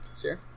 Sure